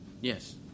Yes